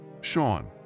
Sean